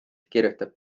kirjutab